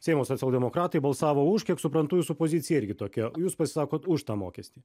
seimo socialdemokratai balsavo už kiek suprantu jūsų pozicija irgi tokia jūs pasisakot už tą mokestį